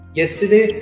yesterday